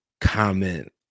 comment